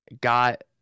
got